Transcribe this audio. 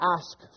ask